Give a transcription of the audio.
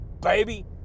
baby